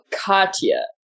Katya